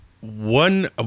one